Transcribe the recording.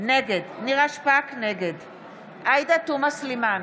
נגד עאידה תומא סלימאן,